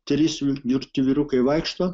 trys girti vyrukai vaikšto